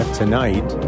tonight